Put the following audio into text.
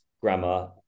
grammar